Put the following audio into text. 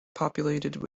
populated